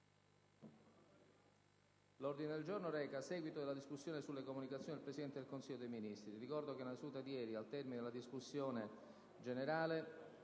L'ordine del giorno reca: «Seguito della discussione sulle comunicazioni del Presidente del Consiglio dei ministri». Ricordo che nella seduta di ieri, al termine della discussione sulle